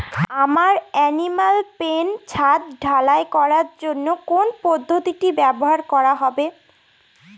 আমার animal pen ছাদ ঢালাই করার জন্য কোন পদ্ধতিটি ব্যবহার করা হবে?